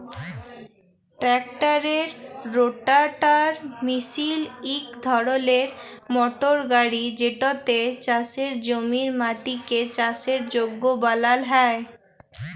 ট্রাক্টারের রোটাটার মিশিল ইক ধরলের মটর গাড়ি যেটতে চাষের জমির মাটিকে চাষের যগ্য বালাল হ্যয়